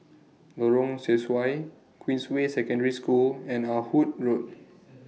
Lorong Sesuai Queensway Secondary School and Ah Hood Road